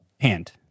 Hand